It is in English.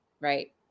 right